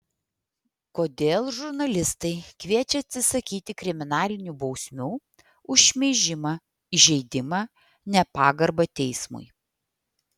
kodėl žurnalistai kviečia atsisakyti kriminalinių bausmių už šmeižimą įžeidimą nepagarbą teismui